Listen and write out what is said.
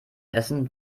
essen